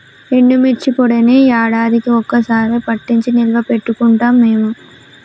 ఎండుమిర్చి పొడిని యాడాదికీ ఒక్క సారె పట్టించి నిల్వ పెట్టుకుంటాం మేము